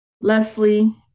Leslie